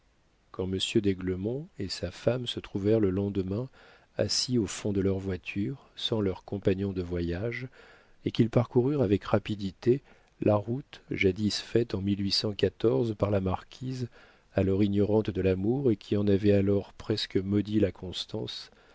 quand monsieur d'aiglemont et sa femme se trouvèrent le lendemain assis au fond de leur voiture sans leur compagnon de voyage et qu'ils parcoururent avec rapidité la route jadis faite en par la marquise alors ignorante de l'amour et qui en avait alors presque maudit la constance